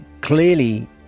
clearly